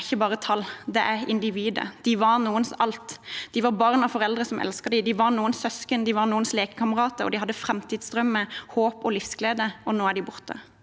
er ikke bare tall – de er individer. De var noens alt. De var barn av foreldre som elsket dem, de var noens søsken, de var noens lekekamerater, de hadde framtidsdrømmer, håp og livsglede, og nå er de borte.